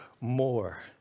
more